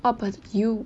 up as you